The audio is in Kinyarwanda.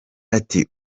ati